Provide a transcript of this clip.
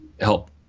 help